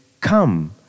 come